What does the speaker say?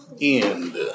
end